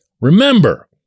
Remember